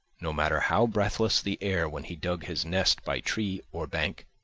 no matter how breathless the air when he dug his nest by tree or bank,